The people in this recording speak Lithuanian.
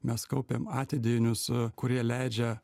mes kaupiame atidėjinius kurie leidžia